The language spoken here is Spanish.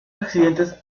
accidentes